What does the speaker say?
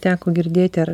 teko girdėti ar